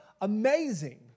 amazing